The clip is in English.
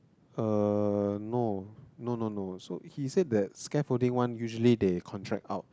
uh no no no no so he said that scaffolding one usually they contract out